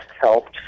helped